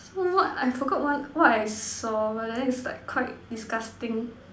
so what I forgot one what I saw but then is like quite disgusting